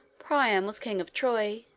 priam was king of troy.